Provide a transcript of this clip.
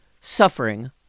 Suffering